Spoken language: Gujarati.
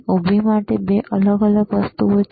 ઉભી માટે 2 અલગ અલગ વસ્તુઓ છે